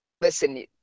Listen